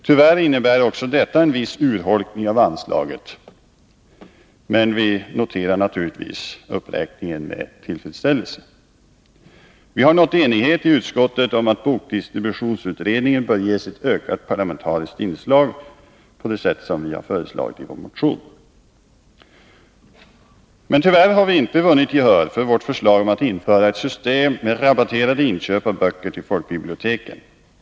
Tyvärr innebär också detta en viss urholkning av anslaget till folkbiblioteken, men vi noterar naturligtvis uppräkningen med tillfredsställelse. Vi har nått enighet i utskottet om att bokdistributionsutredningen bör ges ett ökat parlamentariskt inslag, som vi föreslagit i vår motion. Tyvärr har vi inte vunnit gehör för vårt förslag om att införa ett system med rabatterade inköp av böcker till folkbiblioteken.